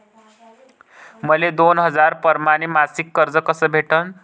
मले दोन हजार परमाने मासिक कर्ज कस भेटन?